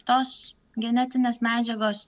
tos genetinės medžiagos